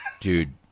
Dude